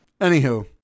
Anywho